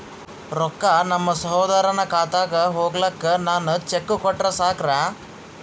ರೊಕ್ಕ ನಮ್ಮಸಹೋದರನ ಖಾತಕ್ಕ ಹೋಗ್ಲಾಕ್ಕ ನಾನು ಚೆಕ್ ಕೊಟ್ರ ಸಾಕ್ರ?